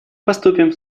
поступим